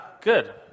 good